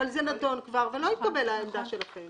אבל זה נדון כבר ועמדתכם לא התקבלה.